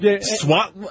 Swat